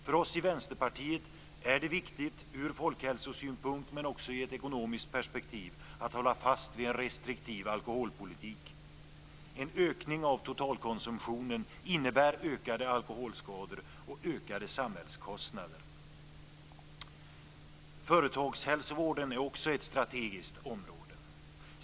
För oss i Vänsterpartiet är det viktigt ur folkhälsosynpunkt, men också i ett ekonomiskt perspektiv, att hålla fast vid en restriktiv alkoholpolitik. En ökning av totalkonsumtionen innebär ökade alkoholskador och ökade samhällskostnader. Företagshälsovården är också ett strategiskt område.